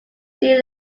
sea